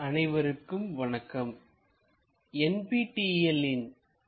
orthographic projection I பகுதி 8 அனைவருக்கும் வணக்கம்